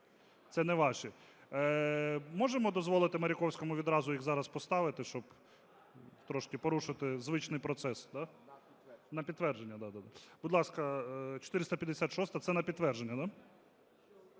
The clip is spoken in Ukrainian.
Це не ваші. Можемо дозволити Маріковському відразу їх зараз поставити, щоб трошки порушити звичний процес? На підтвердження, так. Будь ласка, 456-а. Це на підтвердження, так?